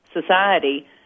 society